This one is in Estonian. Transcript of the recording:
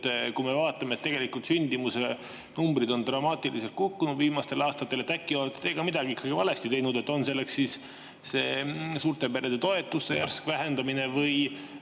Kui me vaatame, siis tegelikult sündimuse numbrid on dramaatiliselt kukkunud viimastel aastatel. Äkki olete teie ka midagi valesti teinud, on selleks siis see suurte perede toetuste järsk vähendamine või